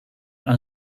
aan